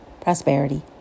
prosperity